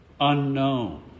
Unknown